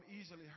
easily